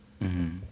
-hmm